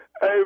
Hey